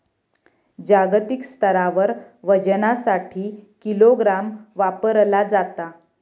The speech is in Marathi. जागतिक स्तरावर वजनासाठी किलोग्राम वापरला जाता